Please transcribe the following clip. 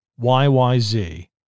YYZ